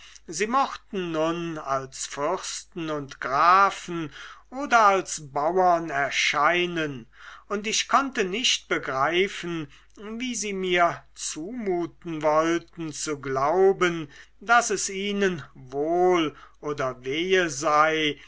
sie mochten nun als fürsten und grafen oder als bauern erscheinen und ich konnte nicht begreifen wie sie mir zumuten wollten zu glauben daß es ihnen wohl oder wehe sei